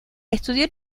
estudió